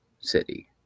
city